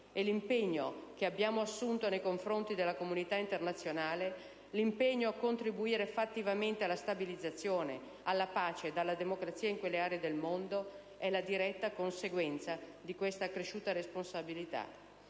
l'impegno che abbiamo assunto nei confronti della comunità internazionale a contribuire fattivamente alla stabilizzazione, alla pace e alla democrazia in quelle aree del mondo è la diretta conseguenza di questa accresciuta responsabilità.